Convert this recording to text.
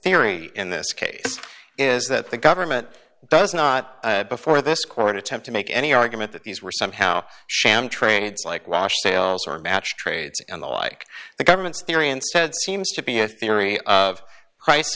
theory in this case is that the government does not before this court attempt to make any argument that these were somehow sham trades like wash sales or match trades and the like the government's theory and said seems to be a theory of pri